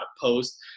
post